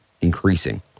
increasing